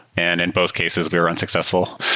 and in both cases, we were unsuccessful.